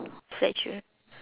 fletcher